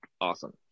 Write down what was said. awesome